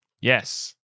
Yes